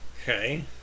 Okay